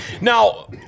Now